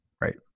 Right